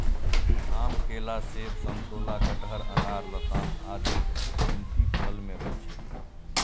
आम, केला, सेब, समतोला, कटहर, अनार, लताम आदिक गिनती फल मे होइ छै